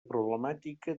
problemàtica